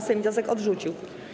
Sejm wniosek odrzucił.